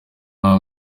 nta